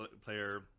player